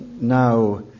now